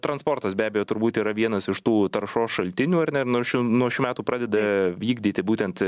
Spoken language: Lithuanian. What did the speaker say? transportas be abejo turbūt yra vienas iš tų taršos šaltinių ar ne nuo šių nuo šių metų pradeda vykdyti būtent